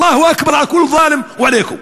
אללהו אכבר על כל ת'לם ועליכום.